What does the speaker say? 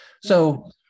So-